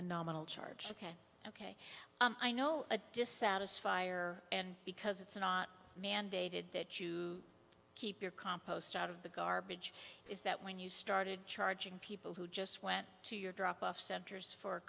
a nominal charge ok i know just satisfier and because it's not mandated that you keep your compost out of the garbage is that when you started charging people who just went to your drop off centers for